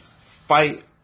fight